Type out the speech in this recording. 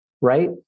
right